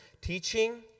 Teaching